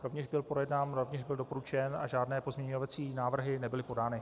Rovněž byl projednán, rovněž byl doporučen a žádné pozměňovací návrhy nebyly podány,